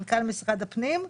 מנכ"ל משרד הפנים,